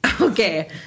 Okay